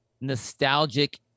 nostalgic